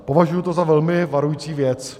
Považuji to za velmi varující věc.